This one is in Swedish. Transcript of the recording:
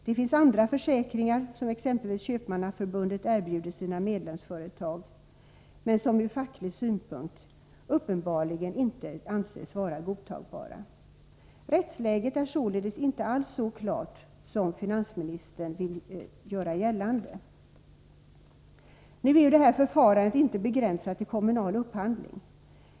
Det finns andra försäkringar som exempelvis Köpmannaförbundet erbjuder sina medlemsföretag, men som ur facklig synpunkt uppenbarligen inte anses godtagbara. Rättsläget är således inte alls så klart som finansministern vill göra gällande. Nu är ju det här förfarandet inte begränsat till kommunal upphandling.